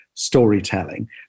storytelling